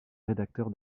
rédacteur